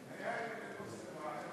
אני בדרך כלל לא נואמת באי-אמון,